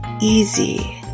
easy